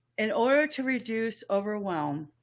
in order to reduce overwhelm,